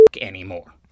anymore